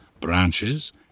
branches